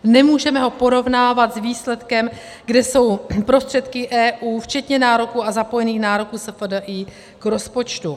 Nemůžeme ho porovnávat s výsledkem, kde jsou prostředky EU včetně nároků a zapojených nároků SFDI k rozpočtu.